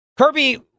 Kirby